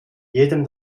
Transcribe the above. jedem